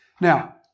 Now